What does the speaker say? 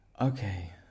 okay